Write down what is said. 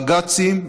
בג"צים,